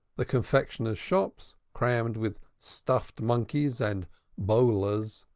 the confectioners' shops, crammed with stuffed monkeys and bolas,